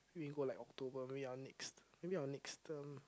maybe I'll go like October maybe our next maybe our next term